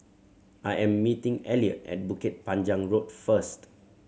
I am meeting Eliot at Bukit Panjang Road first